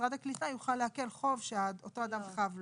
שמשרד הקליטה יוכל לעקל חוב שאותו אדם חב לו.